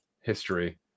history